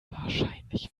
wahrscheinlich